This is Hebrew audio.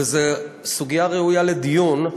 וזו סוגיה ראויה לדיון.